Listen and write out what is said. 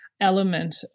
element